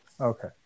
Okay